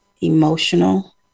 emotional